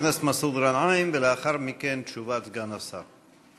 חבר הכנסת מסעוד גנאים, ולאחר מכן, תשובת סגן השר.